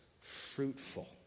fruitful